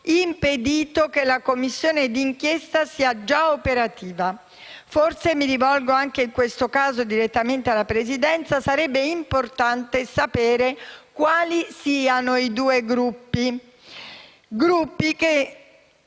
impedito che la Commissione d'inchiesta sia già operativa. Forse - e mi rivolgo anche in questo caso direttamente alla Presidenza - sarebbe importante sapere quali siano i due Gruppi che